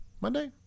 Monday